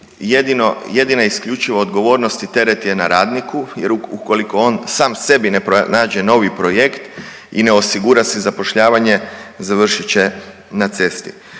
jedina isključiva odgovornost i teret je na radniku jer ukoliko on sam sebi ne nađe novi projekt i ne osigura si zapošljavanje završit će na cesti.